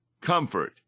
comfort